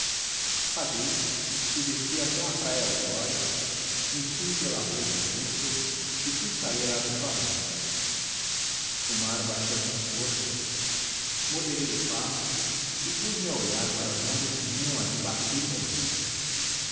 paguei e desci até à praia da glória meti me pela do russell e fui sair à do flamengo o mar batia com força moderei o passo e pus-me a olhar para as ondas que vinham ali bater e morrer